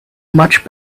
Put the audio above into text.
much